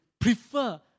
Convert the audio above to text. prefer